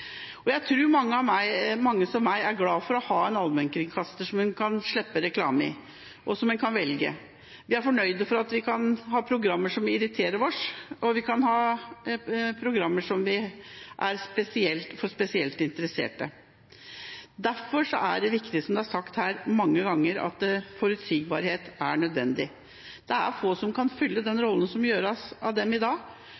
Jeg tror mange med meg er glade er for å ha en allmennkringkaster der en kan slippe reklame, og at en kan velge. Vi er fornøyd med at vi kan ha programmer som irriterer oss, og programmer for spesielt interesserte. Derfor er det, som det er sagt her mange ganger, viktig med forutsigbarhet. Det er nødvendig. Det er få som kan fylle den